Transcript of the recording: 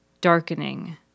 darkening